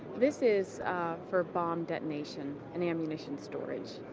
this is for bomb detonation and ammunition storage.